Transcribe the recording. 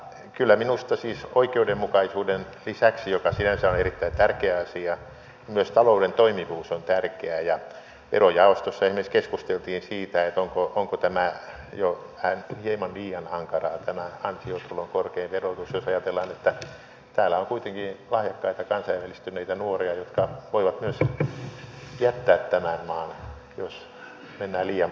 kyllä minusta oikeudenmukaisuuden lisäksi joka sinänsä on erittäin tärkeä asia myös talouden toimivuus on tärkeää ja verojaostossa esimerkiksi keskusteltiin siitä onko tämä ansiotulon korkea verotus jo hieman liian ankara ei tämä kaikki on hankalaa jos ajatellaan että täällä on kuitenkin lahjakkaita kansainvälistyneitä nuoria jotka voivat myös jättää tämän maan jos mennään liian pitkälle tämmöisessä suhteessa